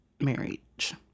marriage